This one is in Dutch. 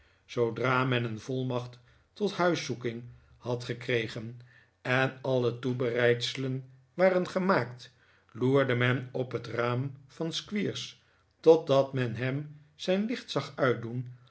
zoodra men een volmacht tot huiszoeking had gekregen en alle toebereidselen waren gemaakt loerde men op het raam van squeers totdat men hem zijn licht zag uitdoen